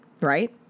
right